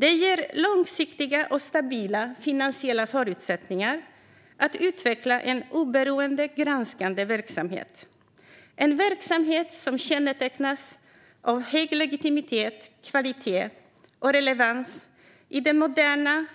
Det ger långsiktiga och stabila finansiella förutsättningar att utveckla en oberoende, granskande verksamhet. Det ska vara en verksamhet som kännetecknas av hög legitimitet, kvalitet och relevans i det moderna,